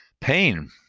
pain